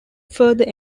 further